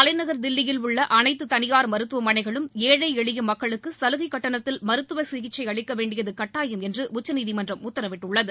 தலைநகர் தில்லியில் உள்ள அனைத்து தனியார் மருத்துவமனைகளும் ஏழை எளிய மக்களுக்கு சலுகை கட்டணத்தில் மருத்துவ சிகிச்சை அளிக்க வேண்டியது கட்டாயம் என்று உச்சநீதிமன்றம் உத்தரவிட்டுள்ளது